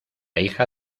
hija